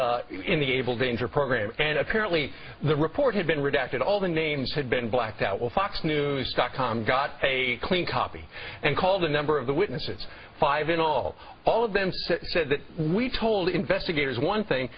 danger program and apparently the report had been redacted all the names had been blacked out will fox news dot com got a clean copy and called a number of the witnesses five in all all of them said that we told investigators one thing